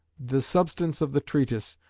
the substance of the treatise,